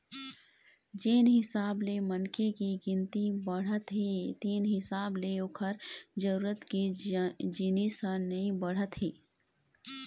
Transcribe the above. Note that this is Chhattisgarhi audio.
जेन हिसाब ले मनखे के गिनती बाढ़त हे तेन हिसाब ले ओखर जरूरत के जिनिस ह नइ बाढ़त हे